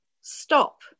Stop